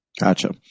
Gotcha